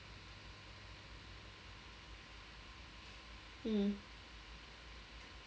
mm